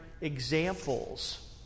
examples